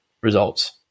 results